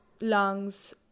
lungs